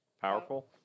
Powerful